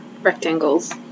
rectangles